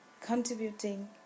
contributing